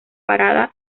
parada